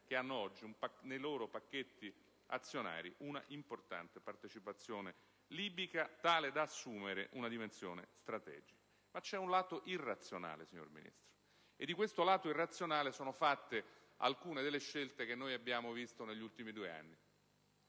che hanno oggi nei loro pacchetti azionari un'importante partecipazione libica, tale da assumere una dimensione strategica. C'è poi un lato irrazionale, signor Ministro, e di questo lato sono fatte alcune delle scelte a cui abbiamo assistito negli ultimi due anni.